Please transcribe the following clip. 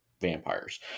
vampires